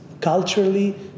culturally